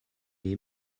est